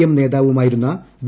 M നേതാവുമായിരുന്ന V